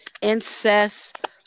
incest